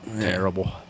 Terrible